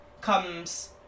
comes